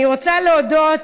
אני רוצה להודות,